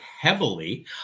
heavily